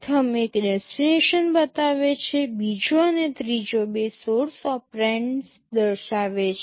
પ્રથમ એક ડેસ્ટિનેશન બતાવે છે બીજો અને ત્રીજો બે સોર્સ ઓપરેન્ડસ દર્શાવે છે